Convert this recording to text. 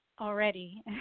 Already